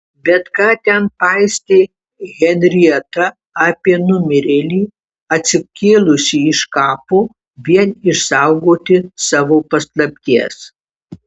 bet ką ten paistė henrieta apie numirėlį atsikėlusį iš kapo vien išsaugoti savo paslapties